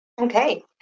Okay